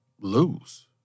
lose